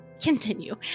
Continue